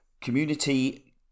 community